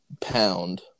pound